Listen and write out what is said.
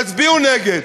תצביעו נגד.